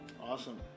Awesome